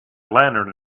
lantern